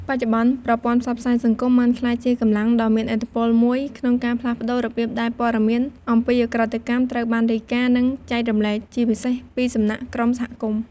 បច្ចុប្បន្ន ប្រព័ន្ធផ្សព្វផ្សាយសង្គម បានក្លាយជា កម្លាំងដ៏មានឥទ្ធិពល មួយក្នុងការផ្លាស់ប្តូររបៀបដែលព័ត៌មាន អំពីឧក្រិដ្ឋកម្ម ត្រូវបានរាយការណ៍ និងចែករំលែក ជាពិសេសពីសំណាក់ក្រុមសហគមន៍។